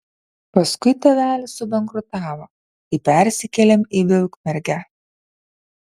paskui tėvelis subankrutavo tai persikėlėm į vilkmergę